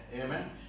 amen